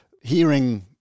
hearing